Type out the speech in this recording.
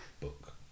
book